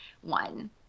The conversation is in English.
one